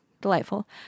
delightful